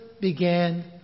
began